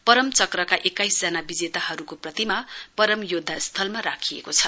परमचक्रका एक्काइसजना विजेताहरुको प्रतिमा परमयोध्दा स्थलमा राखेको छ